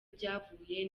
byavuye